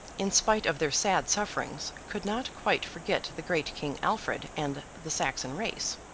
in spite of their sad sufferings, could not quite forget the great king alfred and the saxon race.